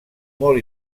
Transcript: molt